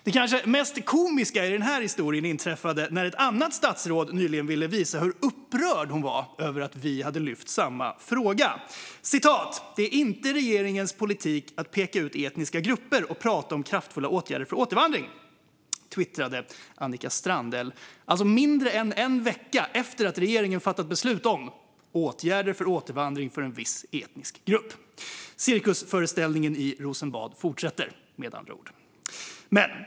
Det kanske mest komiska i den här historien inträffade när ett annat statsråd nyligen ville visa hur upprörd hon var över att vi hade lyft fram samma fråga. "Det är inte regeringspolitik att peka ut etniska grupper och prata om kraftfulla åtgärder för återvandring", twittrade Annika Strandhäll mindre än en vecka efter att regeringen fattat beslut om åtgärder för återvandring för en viss etnisk grupp. Cirkusföreställningen i Rosenbad fortsätter, med andra ord.